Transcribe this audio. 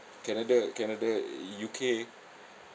canada canada U_K